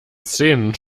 szenen